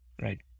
Right